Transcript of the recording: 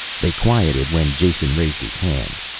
they quieted when jason raised his hand.